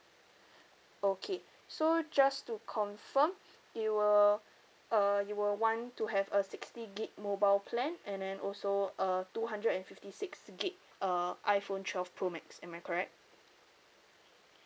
okay so just to confirm you will uh you will want to have a sixty gig mobile plan and then also uh two hundred and fifty six gig uh iphone twelve pro max am I correct